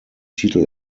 titel